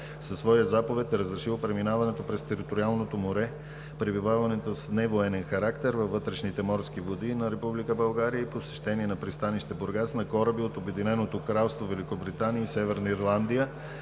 със своя заповед е разрешил преминаването през териториалното море, пребиваването с невоенен характер във вътрешните морски води на Република България и посещение на пристанище Бургас на кораби от Обединеното кралство Великобритания и Северна Ирландия,